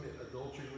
adultery